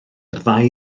ddau